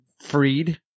Freed